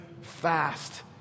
fast